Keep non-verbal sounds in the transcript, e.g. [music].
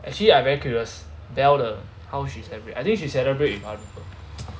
actually I very curious belle 的 how she celebrate I think she celebrate with other people [noise]